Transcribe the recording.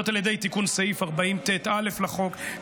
על ידי תיקון סעיף 40ט(א) לחוק,